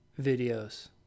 videos